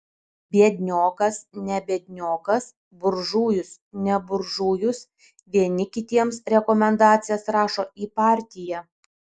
biedniokas ne biedniokas buržujus ne buržujus vieni kitiems rekomendacijas rašo į partiją